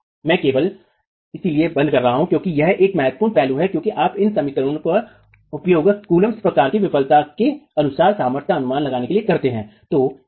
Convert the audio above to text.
मैं इसे केवल इसलिए बंद कर रहा हूं क्योंकि यह एक महत्वपूर्ण पहलू है क्योंकि आप इन समीकरणों का उपयोग कुल्म्ब्स प्रकार की विफलता के अनुसार सामर्थ्य का अनुमान लगाने के लिए करते हैं